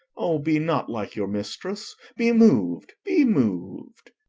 o, be not like your mistress! be moved, be moved.